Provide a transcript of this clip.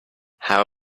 how